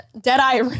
Deadeye